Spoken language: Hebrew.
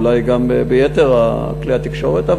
אולי גם ביתר כלי התקשורת,